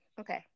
okay